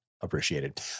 appreciated